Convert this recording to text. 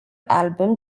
album